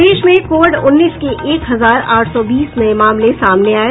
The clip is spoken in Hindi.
प्रदेश में कोविड उन्नीस के एक हजार आठ सौ बीस नये मामले सामने आये